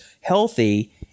healthy